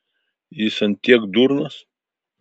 jis ant tiek durnas